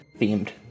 themed